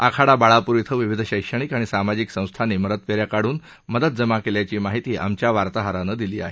आखाडा बाळापूर इथं विविध शैक्षणिक आणि सामाजिक संस्थांनी मदत फे या काढून मदत जमा केल्याची माहिती आमच्या वार्ताहरानं दिली आहे